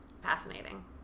fascinating